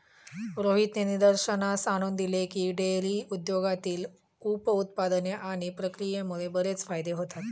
रोहितने निदर्शनास आणून दिले की, डेअरी उद्योगातील उप उत्पादने आणि प्रक्रियेमुळे बरेच फायदे होतात